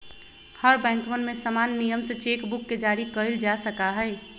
हर बैंकवन में समान नियम से चेक बुक के जारी कइल जा सका हई